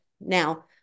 Now